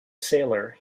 sailor